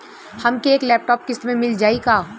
हमके एक लैपटॉप किस्त मे मिल जाई का?